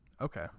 Okay